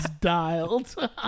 dialed